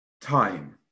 time